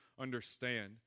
understand